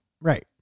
right